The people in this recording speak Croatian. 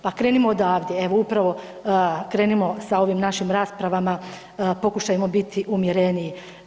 Pa krenimo odavde evo upravo krenimo sa ovim našim rasprava, pokušajmo biti umjereniji.